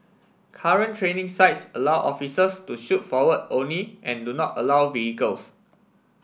current training sites allow officers to shoot forward only and do not allow vehicles